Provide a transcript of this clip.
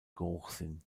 geruchssinn